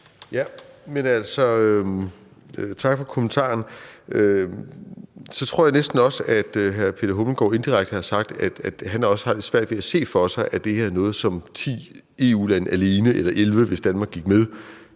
Ja, men altså, tak for kommentarerne. Så tror jeg næsten også, at hr. Peter Hummelgaard Thomsen indirekte har sagt, at han også har lidt svært ved at se for sig, at det her er noget, som 10 EU-lande alene – eller 11, hvis Danmark gik med